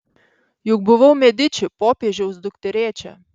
juk buvau mediči popiežiaus dukterėčia